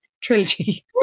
trilogy